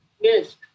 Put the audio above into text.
Yes